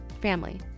family